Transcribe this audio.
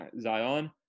Zion